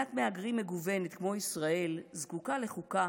"מדינת מהגרים מגוונת כמו ישראל זקוקה לחוקה